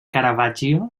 caravaggio